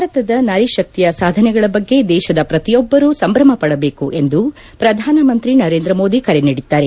ಭಾರತದ ನಾರಿಶಕ್ತಿಯ ಸಾಧನೆಗಳ ಬಗ್ಗೆ ದೇಶದ ಪ್ರತಿಯೊಬ್ಬರೂ ಸಂಭ್ರಮ ಪದಬೇಕು ಎಂದು ಪ್ರಧಾನಮಂತ್ರಿ ನರೇಂದ್ರ ಮೋದಿ ಕರೆ ನೀಡಿದ್ದಾರೆ